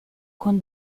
con